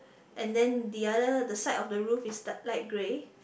and then the other the side of the roof is da~ light grey